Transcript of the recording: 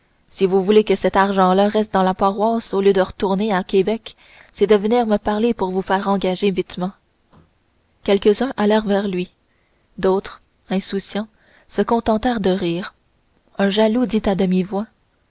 si vous voulez que cet argent-là reste dans la paroisse au lieu de retourner à québec c'est de venir me parler pour vous faire engager vitement quelques-uns allèrent vers lui d'autres insouciants se contentèrent de rire un jaloux dit à